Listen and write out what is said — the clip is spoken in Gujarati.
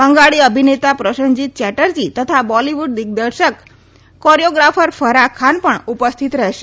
બંગાળી અભિનેતા પ્રોસેનજીત ચેટર્જી તથા બોલિવૂડ દિગ્દર્શક કોર્યોગ્રાફર ફરાહ્ ખાન પણ ઉપસ્થિત રહેશે